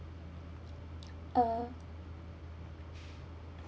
um